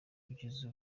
kugeza